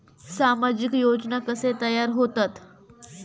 सामाजिक योजना कसे तयार होतत?